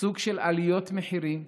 סוג של עליות מחירים,